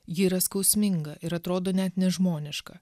ji yra skausminga ir atrodo net nežmoniška